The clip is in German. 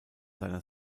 seiner